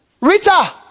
Rita